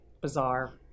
bizarre